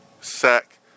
sack